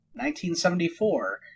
1974